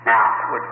Now